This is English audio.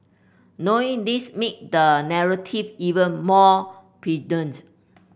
knowing this make the narrative even more